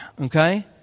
okay